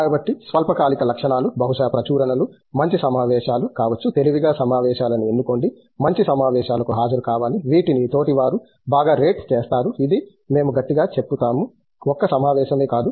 కాబట్టి స్వల్పకాలిక లక్ష్యాలు బహుశా ప్రచురణలు మంచి సమావేశాలు కావచ్చు తెలివిగా సమావేశాలను ఎన్నుకోండి మంచి సమావేశాలకు హాజరు కావాలి వీటిని తోటివారు బాగా రేట్ చేస్తారు ఇది మేము గట్టిగా చెపుతాము ఒక్క సమావేశమే కాదు